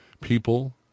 people